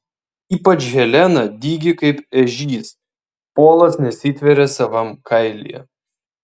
ypač helena dygi kaip ežys polas nesitveria savam kailyje